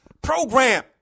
program